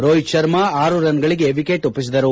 ರೋಹಿತ್ ಶರ್ಮಾ ಆರು ರನ್ಗಳಗೆ ವಿಕೆಟ್ ಒಪ್ಪಿಸಿದರು